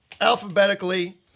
alphabetically